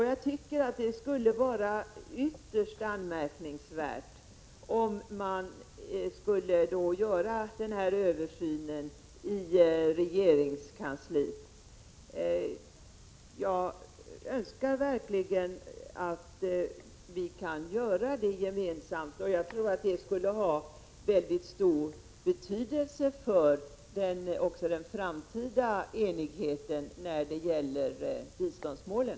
Jag tycker att det skulle vara ytterst anmärkningsvärt om regeringen genomförde den aktuella översynen i regeringskansliet. Jag önskar verkligen att vi kan göra utredningen gemensamt, och jag tror att det skulle ha stor betydelse för den framtida enigheten när det gäller biståndsmålen.